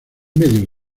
medios